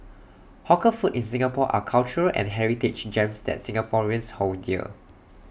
hawker food in Singapore are cultural and heritage gems that Singaporeans hold dear